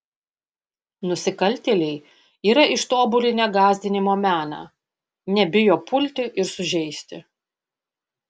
nusikaltėliai yra ištobulinę gąsdinimo meną nebijo pulti ir sužeisti